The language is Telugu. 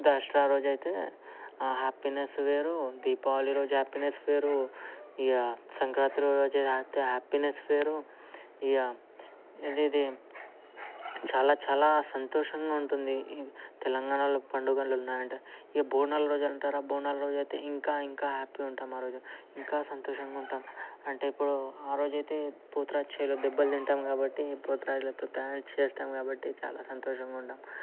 దసరా రోజు అయితే ఆ హ్యాపీనెస్ వేరు దీపావళి రోజు హ్యాపీనెస్ వేరు ఇక సంక్రాంతి రోజు హ్యాపీనెస్ వేరు ఇక ఇది చాలా చాలా సంతోషంగా ఉంటుంది తెలంగాణలో పండుగలు ఉన్నారంటే ఈ బోనాల రోజు అంటారా బోనాల రోజు అయితే ఇంకా ఇంకా హ్యాపీగా ఉంటాం ఆరోజు ఇంకా సంతోషంగా ఉంటాం అంటే ఇప్పుడు ఆ రోజు అయితే పోతురాజు చేతుల్లో దెబ్బలు తింటాం కాబట్టి పోతురాజులతో డాన్స్ చేస్తాం కాబట్టి చాలా సంతోషంగా ఉంటాం